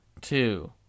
two